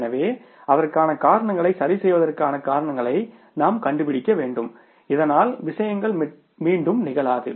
எனவே அதற்கான காரணங்களை சரிசெய்வதற்கான காரணங்களை நாம் கண்டுபிடிக்க வேண்டும் இதனால் விஷயங்கள் மீண்டும் நிகழாது